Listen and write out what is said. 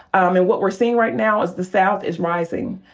and what we're seeing right now is the south is rising.